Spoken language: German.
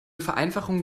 vereinfachungen